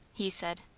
he said.